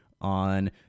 on